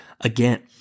again